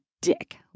dick